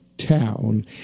Town